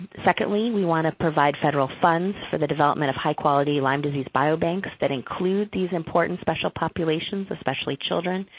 secondly, we want to provide federal funds for the development of high quality lyme disease bio-banks that include these important special populations, especially children.